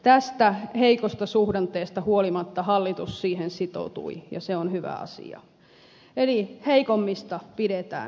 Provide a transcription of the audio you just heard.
tästä heikosta suhdanteesta huolimatta hallitus siihen sitoutui ja se on hyvä asia eli heikommista pidetään huoli